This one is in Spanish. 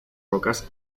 rocas